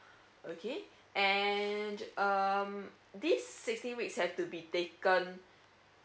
okay and um this sixteen weeks have to be taken